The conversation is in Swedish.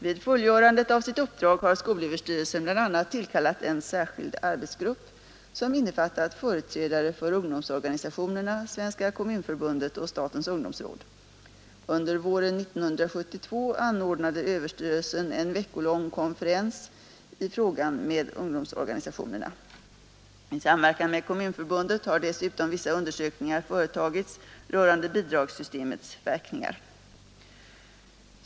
Vid fullgörandet av sitt uppdrag har skolöverstyrelsen bl.a. tillkallat en särskild arbetsgrupp, som innefattat företrädare för ungdomsorganisationerna, Svenska kommunförbundet och statens ungdomsråd. Under våren 1972 anordnade överstyrelsen en veckolång konferens i frågan med ungdomsorganisationerna. I samverkan med Kommunförbundet har dessutom vissa undersökningar företagits rörande bidragssystemets verkningar.